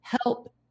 help